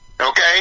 Okay